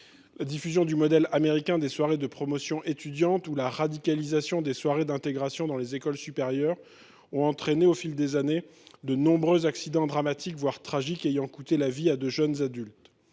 La diffusion du modèle américain des soirées de promotion étudiantes ou la radicalisation des soirées d’intégration dans les écoles supérieures ont entraîné au fil des années de nombreux accidents dramatiques, voire tragiques, qui ont coûté la vie à de jeunes adultes.